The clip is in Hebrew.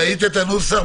ראית את הנוסח?